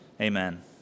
Amen